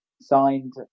signed